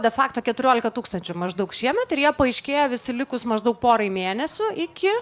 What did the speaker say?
de fakto keturiolika tūkstančių maždaug šiemet ir jie paaiškėja visi likus maždaug porai mėnesių iki